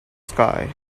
sky